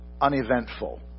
uneventful